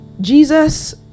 Jesus